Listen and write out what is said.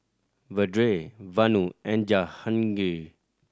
Vedre Vanu and Jahangir